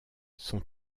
sont